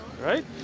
Right